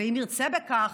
אם ירצה בכך,